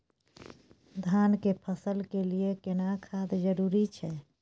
धान के फसल के लिये केना खाद जरूरी छै?